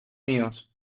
míos